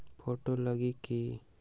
Photo लगी कि?